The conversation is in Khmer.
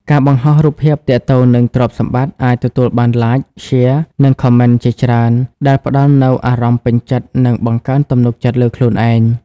ការបង្ហោះរូបភាពទាក់ទងនឹងទ្រព្យសម្បត្តិអាចទទួលបាន "Like" "Share" និង Comment ជាច្រើន ដែលផ្តល់នូវអារម្មណ៍ពេញចិត្ត និងបង្កើនទំនុកចិត្តលើខ្លួនឯង។